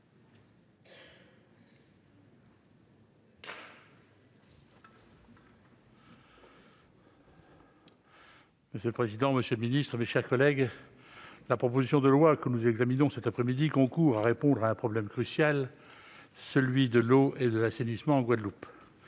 Monsieur le président, monsieur le ministre, mes chers collègues, la proposition de loi que nous examinons cette après-midi concourt à répondre à un problème crucial : celui de l'eau et de l'assainissement en Guadeloupe.